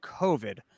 COVID